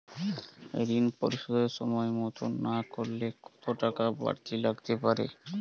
ঋন পরিশোধ সময় মতো না করলে কতো টাকা বারতি লাগতে পারে?